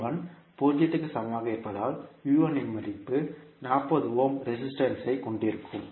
I1 0 க்கு சமமாக இருப்பதால் V1 இன் மதிப்பு மீண்டும் 40 ஓம் ரேசிஸ்டன்ஸ் ஐ கொண்டிருக்கும்